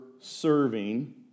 serving